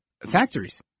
factories